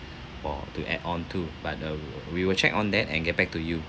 for to add on to but uh we will check on that and get back to you